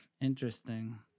Interesting